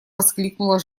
воскликнула